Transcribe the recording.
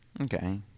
Okay